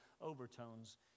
overtones